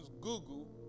Google